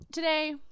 Today